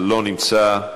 לא נמצא,